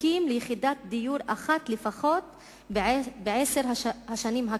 זקוקים ליחידת דיור אחת לפחות בעשר השנים הקרובות,